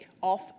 off